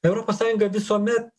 europos sąjunga visuomet